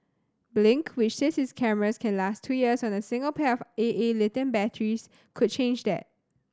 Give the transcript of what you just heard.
blink which says its cameras can last two years on a single pair of A A lithium batteries could change that